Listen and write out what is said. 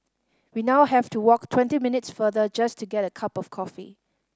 we now have to walk twenty minutes further just to get a cup of coffee